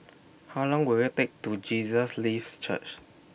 How Long Will IT Take to Jesus Lives Church